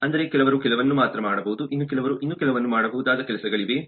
ಅಂದರೆ ಕೆಲವರು ಕೆಲವನ್ನು ಮಾತ್ರ ಮಾಡಬಹುದು ಇನ್ನು ಕೆಲವರು ಇನ್ನೂ ಕೆಲವನ್ನು ಮಾಡಬಹುದಾದ ಕೆಲಸಗಳಿವೆ